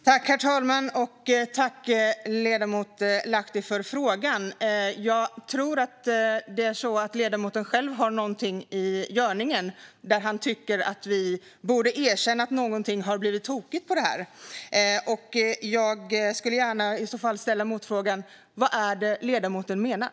Herr talman! Tack, ledamoten Lahti, för frågan! Jag tror att det är så att ledamoten själv har någonting i tankarna där han tycker att vi borde erkänna att någonting har blivit tokigt. Jag vill i så fall gärna ställa motfrågan: Vad är det ledamoten menar?